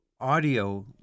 Audio